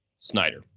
Snyder